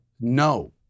no